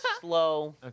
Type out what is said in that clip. slow